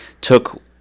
took